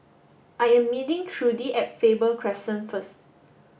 I am meeting Trudi at Faber Crescent first